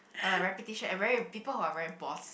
uh reputation and very people who are very bossy